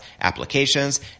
applications